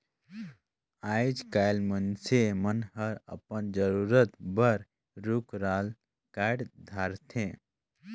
आयज कायल मइनसे मन हर अपन जरूरत बर रुख राल कायट धारथे